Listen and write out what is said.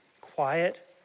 quiet